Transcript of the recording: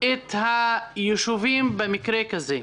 את היישובים במקרה כזה?